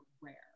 rare